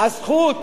זכות